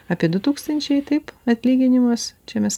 apie du tūkstančiai taip atlyginimas čia mes